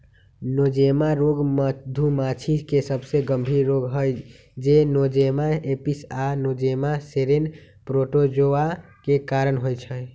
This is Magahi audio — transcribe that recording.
नोज़ेमा रोग मधुमाछी के सबसे गंभीर रोग हई जे नोज़ेमा एपिस आ नोज़ेमा सेरेने प्रोटोज़ोआ के कारण होइ छइ